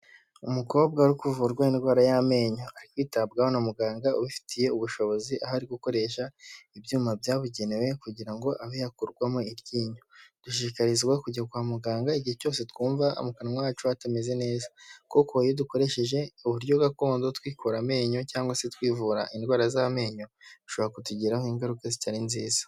Umukobwa uri kuvurwa indwara y'amenyo kwitabwaho na muganga ubifitiye ubushobozi ahari gukoresha ibyuma byabugenewe kugira ngo abe yakurwamo iryinyo dushikarizwa kujya kwa muganga igihe cyose twumva akanwa yacu atameze neza kuko iyo dukoresheje uburyo gakondo twikura amenyo cyangwa se twivura indwara z'amenyo bishobora kutugiraho ingaruka zitari nziza.